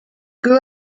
grew